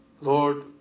Lord